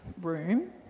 room